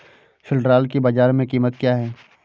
सिल्ड्राल की बाजार में कीमत क्या है?